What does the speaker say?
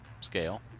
scale